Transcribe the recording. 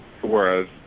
whereas